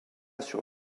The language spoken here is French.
sur